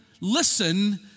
listen